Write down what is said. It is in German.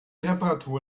reparatur